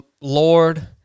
Lord